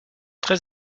très